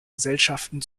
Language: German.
gesellschaften